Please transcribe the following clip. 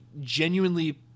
genuinely